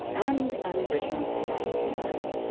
and an original-slang humorist.